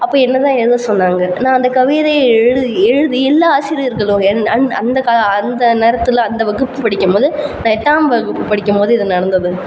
அப்போ என்ன தான் எழுத சொன்னாங்க நான் அந்த கவிதையை எழுதி எழுதி எல்லா ஆசிரியர்களும் என் அன் அந்த கா அந்த நேரத்தில் அந்த வகுப்பு படிக்கும் போது நான் எட்டாம் வகுப்பு படிக்கும் போது இது நடந்தது